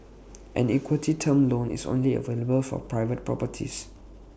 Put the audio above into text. an equity term loan is only available for private properties